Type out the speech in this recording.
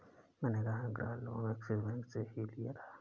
मैंने अपना गृह लोन ऐक्सिस बैंक से ही लिया था